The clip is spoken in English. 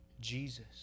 Jesus